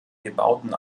gebauten